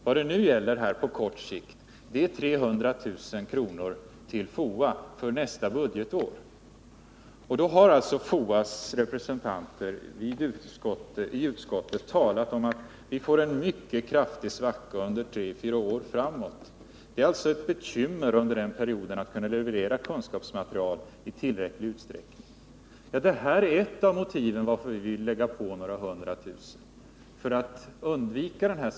Vad det nu gäller på kort sikt är 300 000 kr. till FOA för nästa budgetår. Representanter för FOA har ju talat om inför utskottet att vi får en mycket kraftig svacka under tre till fyra år framåt. Det är ett bekymmer under den perioden att kunna leverera kunskapsmaterial i tillräcklig utsträckning. Ett av motiven till att vi vill lägga på några hundra tusen kronor är alltså att vi vill undvika den svackan.